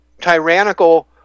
tyrannical